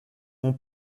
mon